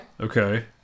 Okay